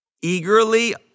eagerly